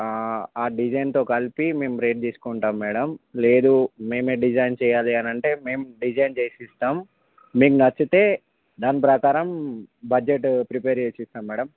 ఆ డిజైన్తో కలిపి మేము రేట్ తీసుకుంటాం మేడం లేదు మేమే డిజైన్ చేయాలి అని అంటే మేము డిజైన్ చేసి ఇస్తాం మీకు నచ్చితే దాని ప్రకారం బడ్జెట్ ప్రిపేర్ చేసి ఇస్తాం మేడం